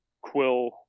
Quill